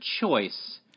choice